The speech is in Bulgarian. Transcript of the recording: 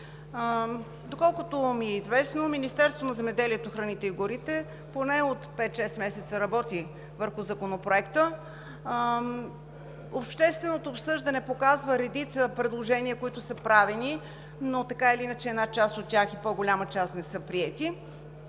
Доколкото ми е известно, Министерството на земеделието, храните и горите поне от пет-шест месеца работи върху Законопроекта. Общественото обсъждане показва редица предложения, които са правени, но така или иначе по-голяма част от тях не са приети.